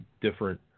different